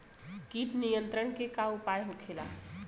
कीट नियंत्रण के का उपाय होखेला?